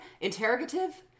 interrogative